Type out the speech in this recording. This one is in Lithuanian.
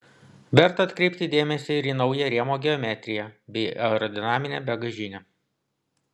verta atkreipti dėmesį ir į naują rėmo geometriją bei aerodinaminę bagažinę